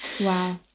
Wow